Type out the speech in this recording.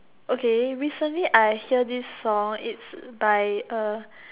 okay recently I hear this song it's by uh